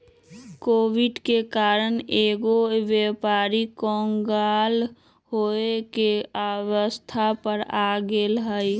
Covid के कारण कएगो व्यापारी क़ँगाल होये के अवस्था पर आ गेल हइ